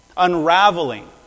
unraveling